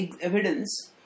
evidence